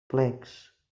plecs